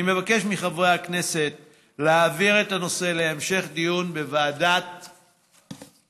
אני מבקש מחברי הכנסת להעביר את הנושא להמשך דיון בוועדת הפנים.